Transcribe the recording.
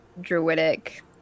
druidic